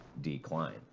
decline